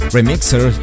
Remixer